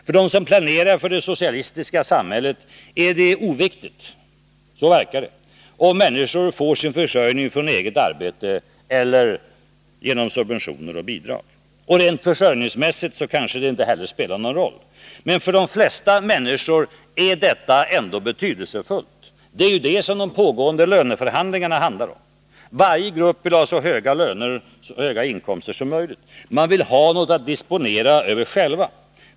För dem som planerar för det socialistiska samhället är det oviktigt — så verkar det — om människor får sin försörjning från eget arbete eller genom subventioner och bidrag. Rent försörjningsmässigt kanske det inte heller spelar någon roll. För de flesta människor är detta ändå betydelsefullt. Det är ju det som de pågående löneförhandlingarna går ut på. Varje grupp vill ha så höga inkomster som möjligt. Man vill ha något att disponera över själv.